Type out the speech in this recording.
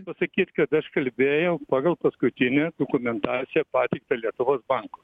pasakyt kad aš kalbėjau pagal paskutinę dokumentaciją pateiktą lietuvos banko